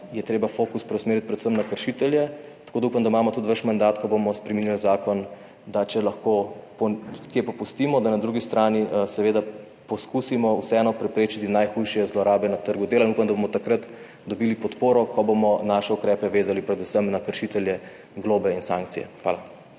je treba fokus preusmeriti predvsem na kršitelje, tako da upam, da imamo tudi vaš mandat, ko bomo spreminjali zakon, da če lahko kje popustimo, da na drugi strani seveda poskusimo vseeno preprečiti najhujše zlorabe na trgu dela in upam, da bomo takrat dobili podporo, ko bomo naše ukrepe vezali predvsem na kršitelje globe in sankcije. Hvala.